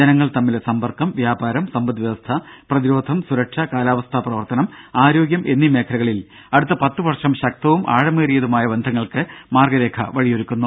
ജനങ്ങൾ തമ്മിലെ സമ്പർക്കം വ്യാപാരം സമ്പദ് വ്യവസ്ഥ പ്രതിരോധം സുരക്ഷ കാലാവസ്ഥാ പ്രവർത്തനം ആരോഗ്യം എന്നീ മേഖലകളിൽ അടുത്ത പത്ത് വർഷം ശക്തവും ആഴമേറിയതുമായ ബന്ധങ്ങൾക്ക് മാർഗരേഖ വഴിയൊരുക്കും